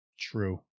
True